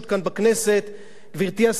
גברתי השרה, את גילית נחישות.